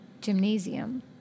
gymnasium